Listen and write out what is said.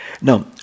Now